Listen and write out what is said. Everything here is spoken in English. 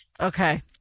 Okay